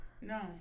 No